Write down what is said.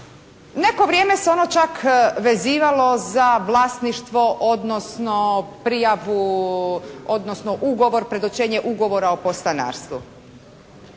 Neko vrijeme se ono čak vezivalo za vlasništvo odnosno prijavu odnosno ugovor, predočenje ugovora o podstanarstvu.